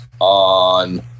on